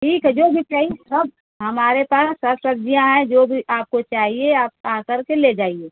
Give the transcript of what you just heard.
ठीक है जो भी चाहिए सब हमारे पास सब सब्ज़ियाँ हैं जो भी आपको चाहिए आप आकर के ले जाइए